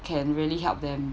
can really help them